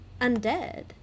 Undead